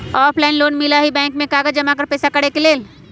Offline भी loan मिलहई bank में कागज जमाकर पेशा करेके लेल?